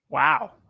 Wow